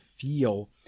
feel